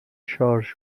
شارژ